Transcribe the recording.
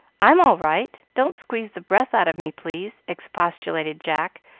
i'm all right. don't squeeze the breath out of me, please, expostulated jack,